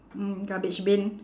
mm garbage bin